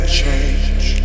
change